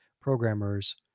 programmers